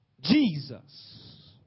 Jesus